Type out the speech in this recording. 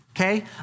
okay